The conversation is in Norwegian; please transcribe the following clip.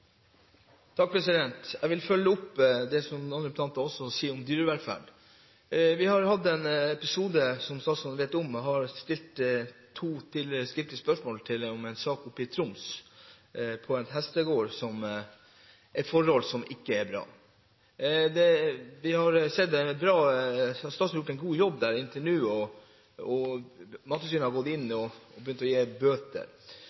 Jeg vil følge opp det som andre representanter sier om dyrevelferd. Vi har hatt en episode, som statsråden vet om – jeg har tidligere stilt to skriftlige spørsmål til ham om en sak oppe i Troms når det gjelder en hestegård, der det er forhold som ikke er bra. Vi har sett at statsråden der har gjort en god jobb inntil nå, og Mattilsynet har gått inn og begynt å gi bøter.